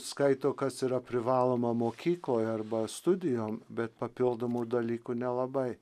skaito kas yra privaloma mokykloj arba studijom bet papildomų dalykų nelabai